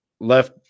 left